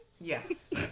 Yes